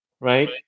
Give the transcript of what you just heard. right